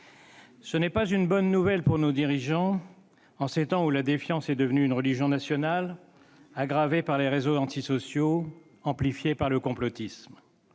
Ce n'est pas une bonne nouvelle pour nos dirigeants, en ces temps où la défiance est devenue une religion nationale, aggravée par les réseaux antisociaux, amplifiée par le complotisme.